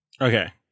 Okay